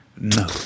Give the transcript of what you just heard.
No